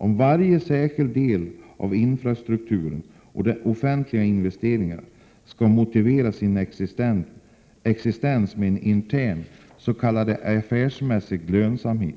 Om varje särskild del av infrastrukturen och de offentliga investeringarna skall motivera sin existens med en intern s.k. affärsmässig lönsamhet